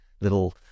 little